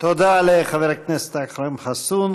תודה לחבר הכנסת אכרם חסון.